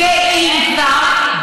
ואם כבר,